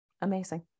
Amazing